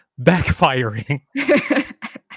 backfiring